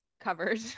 covered